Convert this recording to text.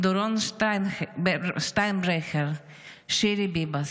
דורון שטיינברכר, שירי ביבס.